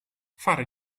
fare